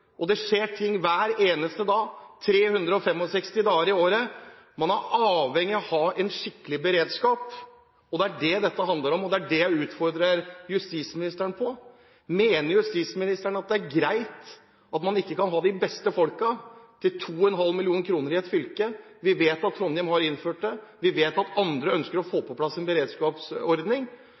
Det skjer ting hver eneste dag 365 dager i året. Man er avhengig av å ha en skikkelig beredskap. Det er det dette handler om, og det er det jeg utfordrer justisministeren på. Mener justisministeren at det er greit at man ikke kan ha de beste folkene til 2,5 mill. kr i et fylke? Vi vet at Trondheim har innført det, vi vet at andre ønsker å få på plass en beredskapsordning.